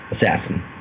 assassin